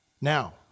Now